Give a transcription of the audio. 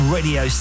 Radio